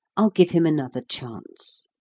i'll give him another chance.